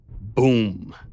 Boom